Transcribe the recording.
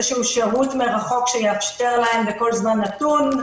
שהוא שירות מרחוק שיאפשר להם בכל זמן נתון,